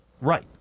right